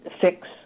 fix